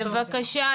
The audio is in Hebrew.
בבקשה,